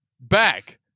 back